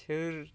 सोर